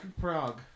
Prague